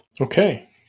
Okay